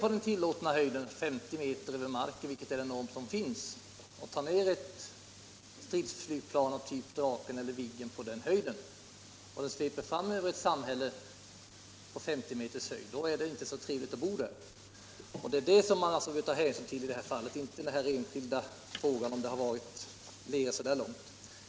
Om ett stridsplan av typen Viggen eller Draken går ned på den lägsta tillåtna höjden — 50 m över marken enligt nu gällande normer — och sveper fram över ett samhälle, är det inte så trevligt att bo i det samhället. Det är den saken vi bör diskutera i detta fall och inte frågan huruvida planet i det aktuella fallet gått så lågt som det har påståtts.